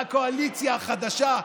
והקואליציה החדשה,